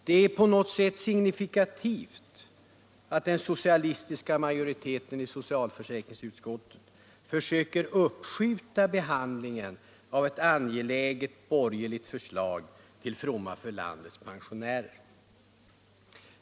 Det är på något sätt signifikativt att den socialistiska majoriteten i socialförsäkringsutskottet försöker uppskjuta behandlingen av ett angeläget borgerligt förslag till fromma för landets pensionärer.